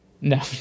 no